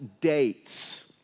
dates